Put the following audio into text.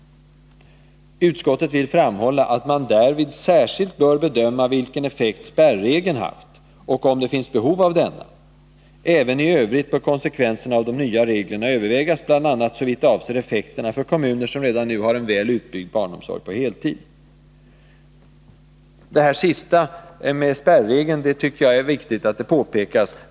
Utskottet vill framhålla att man därvid särskilt bör bedöma vilken effekt spärregeln ——— haft och om det finns behov av denna. Även i övrigt bör konsekvenserna av de nya reglerna övervägas, bl.a. såvitt avser effekterna för kommuner som redan nu har en väl utbyggd omsorg på heltid.” Jag tycker det är viktigt att man pekar på detta med spärregeln.